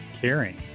caring